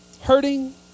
Hurting